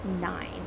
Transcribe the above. nine